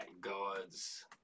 Gods